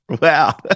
Wow